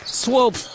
Swope